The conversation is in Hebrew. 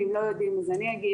ואם לא יודעים אז אני אגיד,